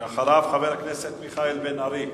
אחריו, חבר הכנסת מיכאל בן-ארי,